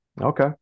Okay